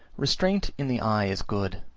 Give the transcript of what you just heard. restraint in the eye is good,